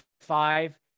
five